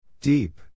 Deep